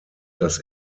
das